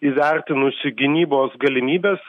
įvertinusi gynybos galimybes